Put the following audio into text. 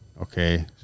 okay